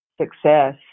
success